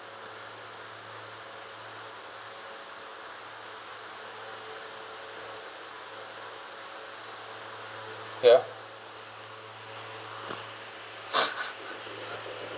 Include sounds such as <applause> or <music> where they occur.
ya <laughs>